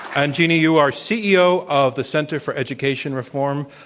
and, jeanne, you are ceo of the center for education reform.